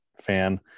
fan